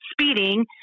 Speeding